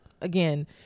Again